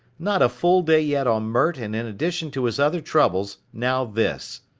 not a full day yet on mert and in addition to his other troubles, now this.